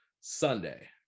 Sunday